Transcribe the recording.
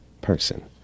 person